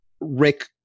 Rick